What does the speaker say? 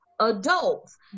adults